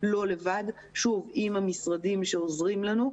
אבל לא לבד אלא עם המשרדים שעוזרים לנו,